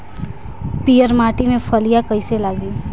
पीयर माटी में फलियां कइसे लागी?